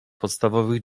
podstawowych